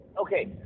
okay